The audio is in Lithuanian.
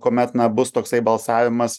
kuomet na bus toksai balsavimas